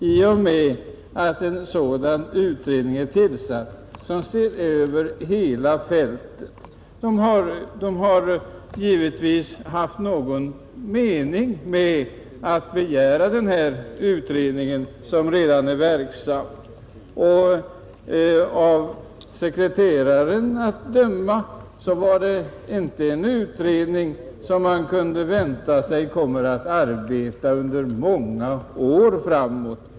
Något har alltså hänt, herr Werner. Kyrkomötet hade givetvis någon avsikt med denna utredning. Att döma av vad sekreteraren sagt är detta heller inte en utredning som skall arbeta under många år framåt.